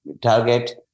target